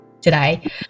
today